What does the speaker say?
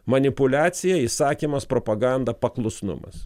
manipuliacija įsakymas propaganda paklusnumas